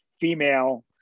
female